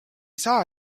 saa